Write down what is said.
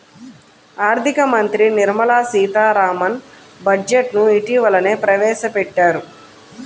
ఆర్ధిక మంత్రి నిర్మలా సీతారామన్ బడ్జెట్ ను ఇటీవలనే ప్రవేశపెట్టారు